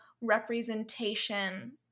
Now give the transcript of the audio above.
representation